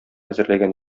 әзерләгән